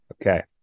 Okay